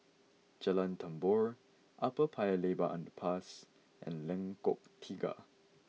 Jalan Tambur Upper Paya Lebar Underpass and Lengkok Tiga